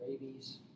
rabies